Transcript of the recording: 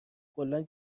کلا